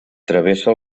travessa